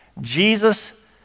Jesus